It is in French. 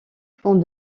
font